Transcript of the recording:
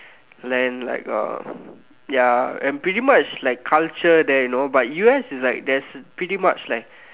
land like uh ya and pretty much like culture there you know but U_S is like there's pretty much like